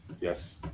yes